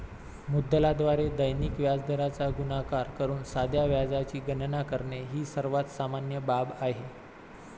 मुद्दलाद्वारे दैनिक व्याजदराचा गुणाकार करून साध्या व्याजाची गणना करणे ही सर्वात सामान्य बाब आहे